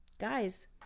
guys